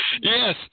Yes